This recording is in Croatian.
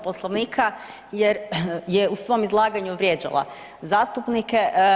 Poslovnika jer je u svom izlaganju vrijeđala zastupnike.